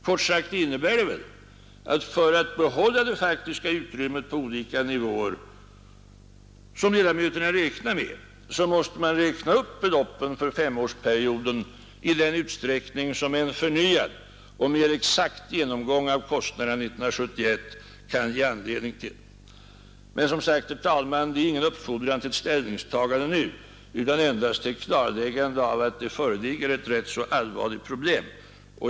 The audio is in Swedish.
Kort sagt innebär det väl att för att behålla det faktiska utrymmet på olika nivåer som ledamöterna räknat med måste man räkna upp beloppen för femårsperioden i den utsträckning som en förnyad och mer exakt genomgång av kostnaderna 1971 kan ge anledning till. Men som sagt, herr talman, detta är ingen uppfordran till ett ställningstagande nu utan endast till ett klarläggande av att här föreligger ett rätt allvarligt problem.